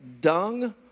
dung